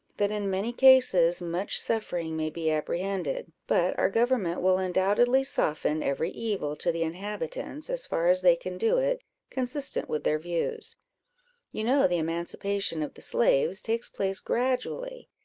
that in many cases much suffering may be apprehended but our government will undoubtedly soften every evil to the inhabitants, as far as they can do it consistent with their views you know the emancipation of the slaves takes place gradually,